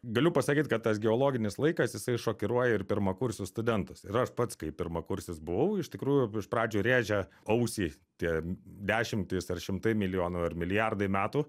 galiu pasakyt kad tas geologinis laikas jisai šokiruoja ir pirmakursius studentus ir aš pats kai pirmakursis buvau iš tikrųjų iš pradžių rėžia ausį tie dešimtys ar šimtai milijonų ar milijardai metų